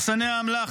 מחסני האמל"ח,